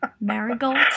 Marigold